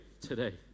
today